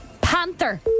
Panther